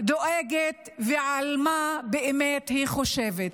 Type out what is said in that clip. דואגת ועל מה באמת היא חושבת.